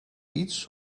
eats